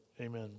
amen